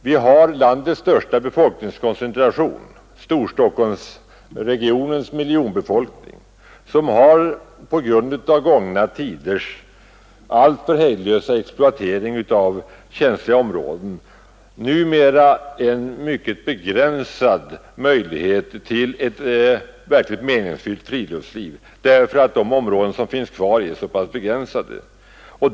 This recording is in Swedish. Där finns landets största befolkningskoncentration, Storstockholmsregionens miljonbefolkning, som på grund av gångna tiders alltför hejdlösa exploatering av naturen numera har mycket begränsade möjligheter till ett verkligt meningsfyllt friluftsliv, därför att de områden som finns kvar är så små.